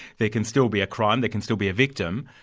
there can still be a crime, there can still be a victim,